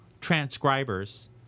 transcribers